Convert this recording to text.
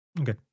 Okay